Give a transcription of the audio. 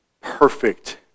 perfect